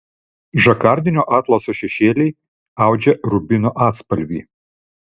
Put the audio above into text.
žakardinio atlaso šešėliai audžia rubino atspalvį